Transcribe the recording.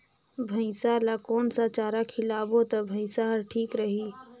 भैसा ला कोन सा चारा खिलाबो ता भैंसा हर ठीक रही?